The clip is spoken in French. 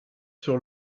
sur